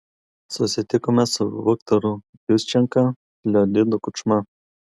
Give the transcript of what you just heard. susitikome su viktoru juščenka leonidu kučma